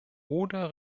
oder